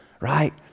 right